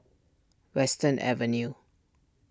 Western Avenue